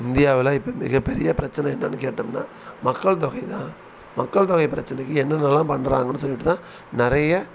இந்தியாவில் இப்போ மிகப்பெரிய பிரச்சனை என்னனு கேட்டோம்னா மக்கள் தொகை தான் மக்கள் தொகை பிரச்சனைக்கு என்னென்னலாம் பண்ணுறாங்கன்னு சொல்லிட்டுதான் நிறைய